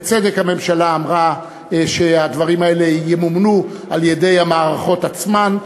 בצדק הממשלה אמרה שהדברים האלה ימומנו על-ידי המערכות עצמן.